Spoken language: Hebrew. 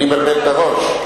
אני מבלבל את הראש?